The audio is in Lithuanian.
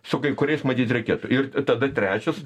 su kai kuriais matyt reikėtų ir tada trečias